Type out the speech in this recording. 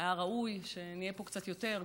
היה ראוי שנהיה כאן קצת יותר,